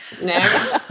No